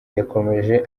yakomeje